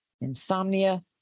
insomnia